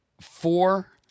four